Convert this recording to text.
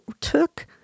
took